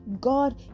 God